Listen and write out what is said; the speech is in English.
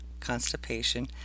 constipation